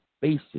basic